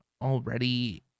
already